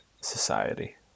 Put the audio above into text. society